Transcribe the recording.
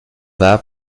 war